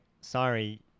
sorry